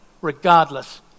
regardless